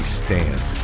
stand